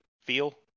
feel